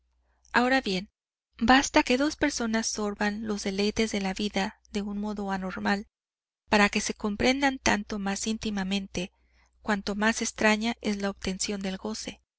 basta que dos personas sorban los deleites de la vida de un modo anormal para que se comprendan tanto más íntimamente cuanto más extraña es la obtención del goce